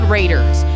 Raiders